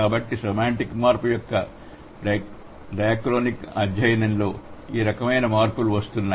కాబట్టి సెమాంటిక్ మార్పు యొక్క డయాక్రోనిక్ అధ్యయనంలో ఆ రకమైన మార్పులు వస్తున్నాయి